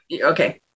Okay